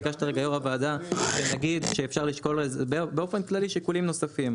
ביקשת יו"ר הוועדה שנגיד שאפשר לשקול באופן כללי שיקולים נוספים.